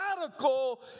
radical